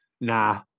nah